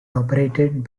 operated